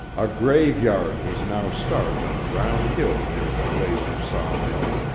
a grave yard was now started on a round hill near the blazer saw mill,